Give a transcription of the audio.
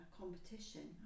competition